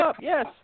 yes